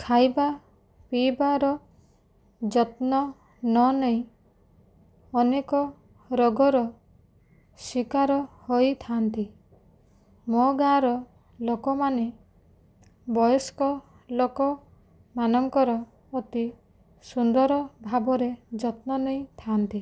ଖାଇବା ପିଇବାର ଯତ୍ନ ନନେଇ ଅନେକ ରୋଗର ଶିକାର ହୋଇଥାନ୍ତି ମୋ ଗାଁ'ର ଲୋକମାନେ ବୟସ୍କ ଲୋକମାନଙ୍କର ଅତି ସୁନ୍ଦର ଭାବରେ ଯତ୍ନ ନେଇଥାନ୍ତି